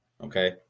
okay